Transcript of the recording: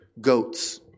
goats